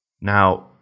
Now